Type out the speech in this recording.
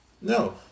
No